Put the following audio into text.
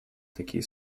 такие